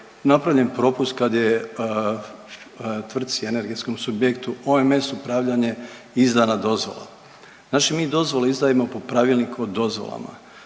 napravljen propust kada je tvrtci energetskom subjektu OMS-Upravljanje izdana dozvola. Znači mi dozvole izdajemo po Pravilniku o dozvolama.